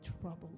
troubled